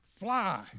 Fly